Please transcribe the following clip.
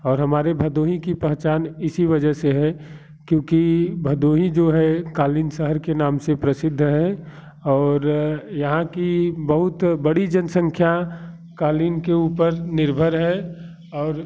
और हमारे भदोही की पहचान इसी वजह से है क्योंकि भदोही जो है कालीन शर के नाम से प्रसिद्ध है और यहाँ की बहुत बड़ी जनसंख्या कालीन के ऊपर निर्भर है और